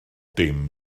dim